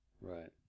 right